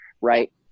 right